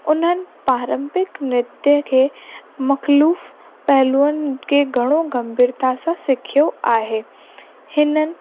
उन्हनि पारंपरिक नृत खे मखलुफ पलवनि खे घणो गंभीरता सां सिखियो आहे हिननि